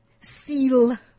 seal